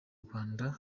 rwanda